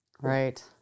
Right